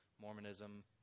Mormonism